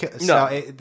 no